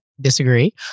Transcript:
disagree